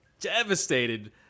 devastated